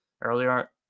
Earlier